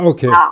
Okay